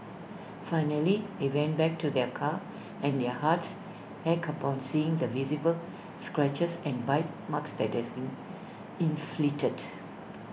finally they went back to their car and their hearts ached upon seeing the visible scratches and bite marks that has been inflicted